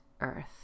Earth